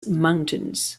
mountains